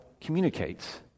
communicates